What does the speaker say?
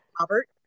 Robert